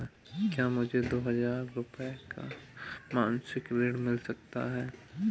क्या मुझे दो हजार रूपए का मासिक ऋण मिल सकता है?